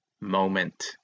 moment